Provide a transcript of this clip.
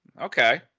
okay